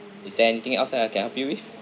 is there anything else that I can I can help you with